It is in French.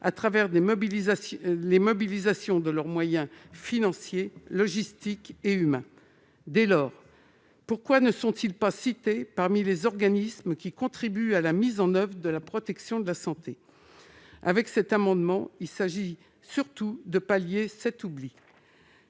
proximité qui mobilisent leurs moyens financiers, logistiques et humains. Dès lors, pourquoi ne sont-ils pas cités parmi les organismes qui contribuent à la mise en oeuvre de la protection de la santé ? Cet amendement vise à pallier cet oubli,